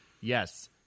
Yes